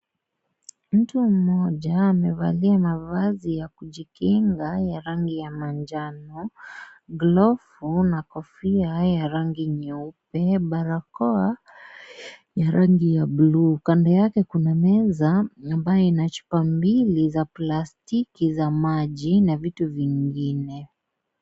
Mtu mmoja amevalia mavazi ya kujikinga ya rangi ya manjano, glovu na kofia ya rangi nyeupe, barakoa ya rangi ya buluu. Kando yake kuna meza ambayo ina chupa mbili za plastiki za maji na vitu vingine.